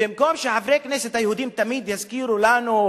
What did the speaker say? במקום שחברי הכנסת היהודים תמיד יזכירו לנו,